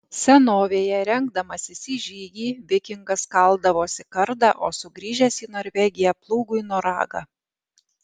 senovėje rengdamasis į žygį vikingas kaldavosi kardą o sugrįžęs į norvegiją plūgui noragą